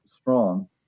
strong